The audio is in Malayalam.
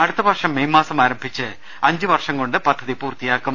അടുത്തവർഷം മെയ് മാസം ആരംഭിച്ച് അഞ്ച് വർഷംകൊണ്ട് പദ്ധതി പൂർത്തിയാക്കും